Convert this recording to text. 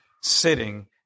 sitting